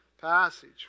passage